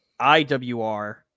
IWR